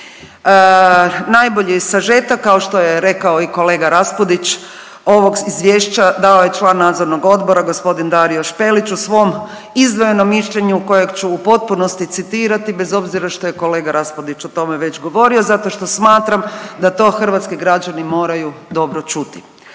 Najbolji sažetak kao što je rekao i kolega Raspudić ovog izvješća dao je član nadzornog odbora gospodin Dario Špelić u svom izdvojenom mišljenju kojeg ću u potpunosti citirati bez obzira što je kolega Raspudić o tome već govorio zato što smatram da to hrvatski građani moraju dobro čuti.